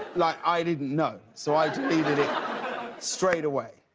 like, i didn't know, so i deleted it straightaway.